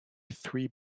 three